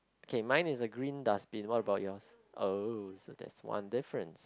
k mine is a green dustbin what about yours oh so that's one difference